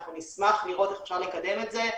אנחנו נשמח לראות איך אפשר לקדם את זה.